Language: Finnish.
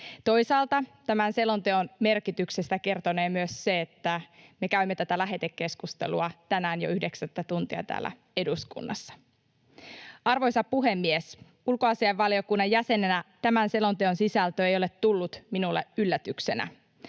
Toisaalta tämän selonteon merkityksestä kertonee myös se, että me käymme tätä lähetekeskustelua tänään jo yhdeksättä tuntia täällä eduskunnassa. Arvoisa puhemies! Ulkoasiainvaliokunnan jäsenenä tämän selonteon sisältö ei ole tullut minulle yllätyksenä.